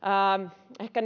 ehkä